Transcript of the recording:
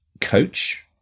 coach